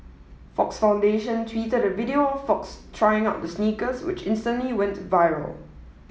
Fox Foundation tweeted a video of Fox trying out the sneakers which instantly went viral